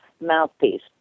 mouthpiece